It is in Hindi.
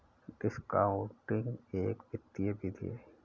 डिस्कॉउंटिंग एक वित्तीय विधि है